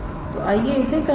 तो आइए इसे करते हैं